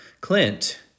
Clint